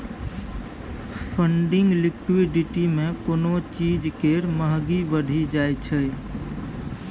funding liquidity मे कोनो चीज केर महंगी बढ़ि जाइ छै